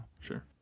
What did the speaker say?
Sure